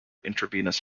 intravenous